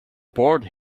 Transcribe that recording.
board